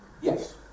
Yes